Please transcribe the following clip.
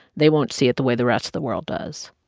they won't see it the way the rest of the world does.